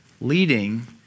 leading